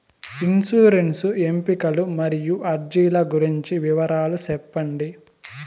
insurance ఎంపికలు మరియు అర్జీల గురించి వివరాలు సెప్పండి